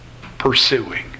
pursuing